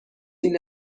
این